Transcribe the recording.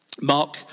Mark